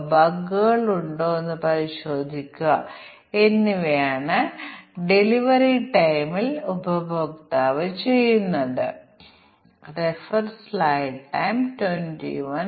വേരിയബിളുകൾ എന്താണെന്ന് തിരിച്ചറിയുക എന്നതാണ് ആദ്യ കാര്യം 2 മൂല്യങ്ങൾ പോർട്രെയിറ്റും ലാൻഡ്സ്കേപ്പും എടുക്കാൻ കഴിയുന്ന ഇൻപുട്ട് പാരാമീറ്ററിന്റെ 1 ആയി നമുക്ക് ഓറിയന്റേഷൻ ഉണ്ടെന്ന് പറയാം